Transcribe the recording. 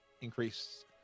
increase